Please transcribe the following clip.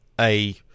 a-